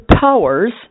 powers